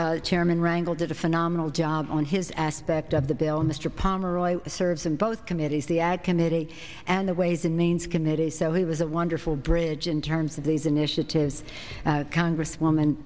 chairman rangle did a phenomenal job on his aspect of the bill mr pomeroy serves on both committees the ag committee and the ways and means committee so he was a wonderful bridge in terms of these initiatives congresswoman